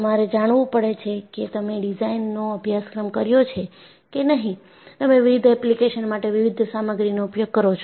તમારે જાણવું પડે છે કે તમે ડિઝાઇનનો અભ્યાશ્ક્ર્મ કર્યો છે કે નહી તમે વિવિધ એપ્લિકેશનો માટે વિવિધ સામગ્રીનો ઉપયોગ કરો છો